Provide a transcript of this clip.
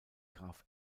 graf